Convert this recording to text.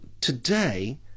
today